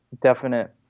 definite